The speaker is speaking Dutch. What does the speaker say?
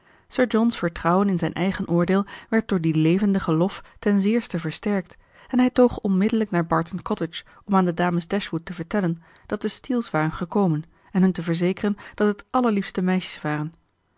sir john's vertrouwen in zijn eigen oordeel werd door dien levendigen lof ten zeerste versterkt en hij toog onmiddellijk naar barton cottage om aan de dames dashwood te vertellen dat de steele's waren gekomen en hun te verzekeren dat het allerliefste meisjes waren